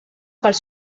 pels